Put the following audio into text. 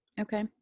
okay